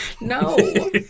No